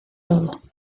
todo